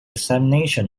examination